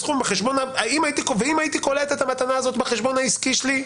אם הייתי קולט את המתנה הזו בחשבון העסקי שלי,